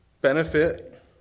benefit